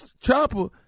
Chopper